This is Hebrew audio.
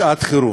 לשעת-חירום.